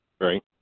Right